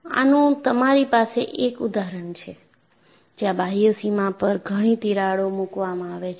આનું તમારી પાસે એક ઉદાહરણ છે જ્યાં બાહ્ય સીમા પર ઘણી તિરાડો મૂકવામાં આવે છે